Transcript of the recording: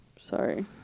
Sorry